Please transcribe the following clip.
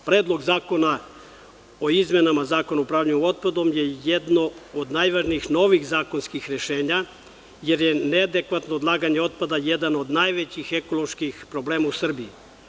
Predlog zakona o izmenama Zakona o upravljanju otpadom je jedan od najvažnijih novih zakonskih rešenja, jer je neadekvatno odlaganje otpada jedan od najvećih ekoloških problema u Srbiji.